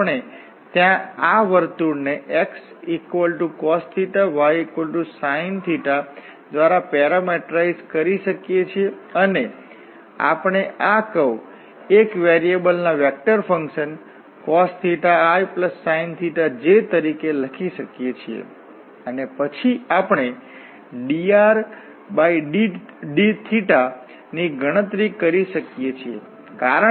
તેથી આપણે ત્યાં આ વર્તુળને xcos ysin દ્વારા પેરામેટ્રાઇઝ કરી શકીએ છીએ અને આપણે આ કર્વ એક વેરિએબલના vector function cos isin j તરીકે લખી શકીએ છીએ અને પછી આપણે drdθ ની ગણતરી કરી શકીએ છીએ